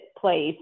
place